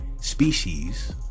species